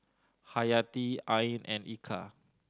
Hayati Ain and Eka